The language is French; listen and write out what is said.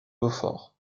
beaufort